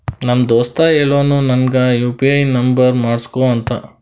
ನಮ್ ದೋಸ್ತ ಹೇಳುನು ನಂಗ್ ಯು ಪಿ ಐ ನುಂಬರ್ ಮಾಡುಸ್ಗೊ ಅಂತ